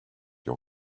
your